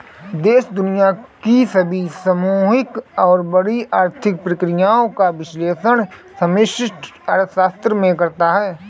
देश दुनिया की सभी सामूहिक और बड़ी आर्थिक क्रियाओं का विश्लेषण समष्टि अर्थशास्त्र में करते हैं